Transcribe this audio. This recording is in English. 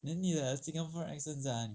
then 你的 singaporean accent 在哪里